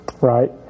Right